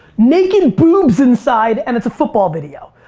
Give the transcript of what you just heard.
naked boobs inside and it's a football video.